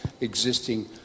existing